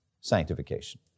sanctification